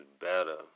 better